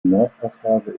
nordpassage